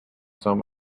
some